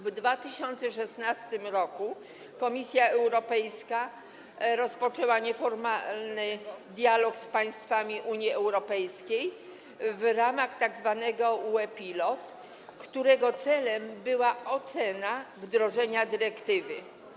W 2016 r. Komisja Europejska rozpoczęła nieformalny dialog z państwami Unii Europejskiej w ramach tzw. EU Pilot, którego celem była ocena wdrożenia dyrektywy.